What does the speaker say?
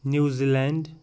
New Zealand